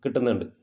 കിട്ടുന്നുണ്ട്